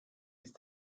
ist